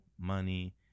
money